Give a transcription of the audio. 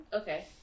okay